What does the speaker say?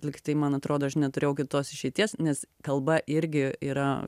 lyg tai man atrodo aš neturėjau kitos išeities nes kalba irgi yra